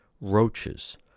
roaches